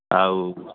ଆଉ